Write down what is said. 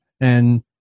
And-